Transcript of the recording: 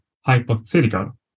hypothetical